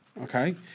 okay